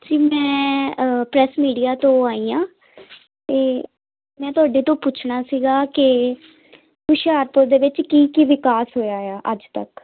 ਜੀ ਮੈਂ press media ਤੋਂ ਆਈ ਆਂ ਤੇ ਮੈਂ ਤੁਹਾਡੇ ਤੋਂ ਪੁੱਛਣਾ ਸੀਗਾ ਕਿ ਹੁਸ਼ਿਆਰਪੁਰ ਦੇ ਵਿੱਚ ਕੀ ਕੀ ਵਿਕਾਸ ਹੋਇਆ ਆ ਅੱਜ ਤੱਕ